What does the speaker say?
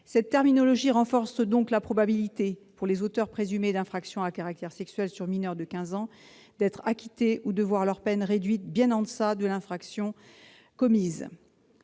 Cette terminologie renforce donc la probabilité pour les auteurs présumés d'infractions à caractère sexuel sur mineur de quinze ans d'être acquittés ou de voir leur peine réduite bien en deçà de l'infraction commise.